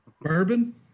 bourbon